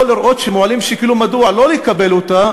לראות שמועלים שיקולים מדוע לא לקבל אותה,